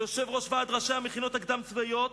כיושב-ראש ועד ראשי המכינות הקדם-צבאיות,